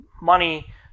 money